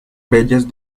bellas